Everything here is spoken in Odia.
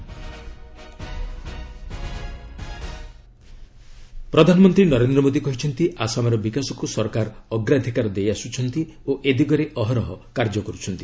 ପିଏମ୍ ଆସାମ୍ ପ୍ରଧାନମନ୍ତ୍ରୀ ନରେନ୍ଦ୍ର ମୋଦୀ କହିଚ୍ଚନ୍ତି ଆସାମର ବିକାଶକୁ ସରକାର ଅଗ୍ରାଧିକାର ଦେଇ ଆସୁଛନ୍ତି ଓ ଏ ଦିଗରେ ଅହରହ କାର୍ଯ୍ୟ କରୁଛନ୍ତି